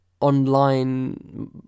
online